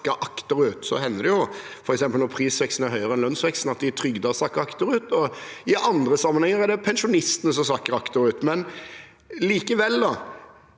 sakker akterut. Så hender det jo, f.eks. når prisveksten er høyere enn lønnsveksten, at de trygdede sakker akterut, og i andre sammenhenger er det pensjonistene som sakker akterut. Likevel: